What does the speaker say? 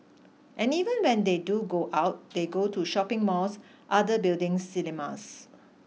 and even when they do go out they go to shopping malls other buildings cinemas